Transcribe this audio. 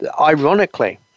Ironically